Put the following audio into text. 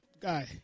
guy